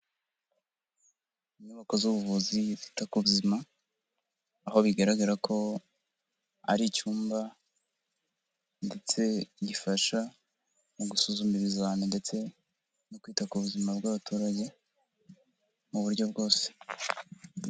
Inyubako z'ubuvuzi bwita ku buzima, aho bigaragara ko ari icyumba ndetse gifasha mu gusuzuma ibizaimi ndetse no kwita ku buzima bw'abaturage mu buryo bwose.